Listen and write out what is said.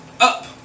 Up